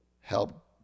help